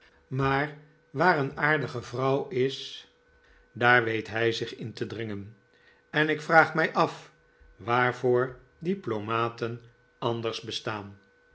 waar maar een aardige vrouw is daar weet hij zich in te dringen en ik vraag mij af waarvoor diplomaten anders bestaan